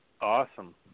Awesome